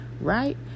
right